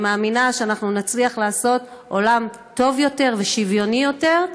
אני מאמינה שאנחנו נצליח לעשות עולם טוב יותר ושוויוני יותר,